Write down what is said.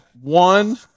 one